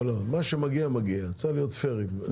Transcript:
לא לא, מה שמגיע מגיע, צריך להיות פיירים.